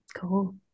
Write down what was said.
cool